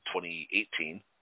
2018